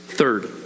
Third